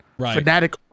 fanatic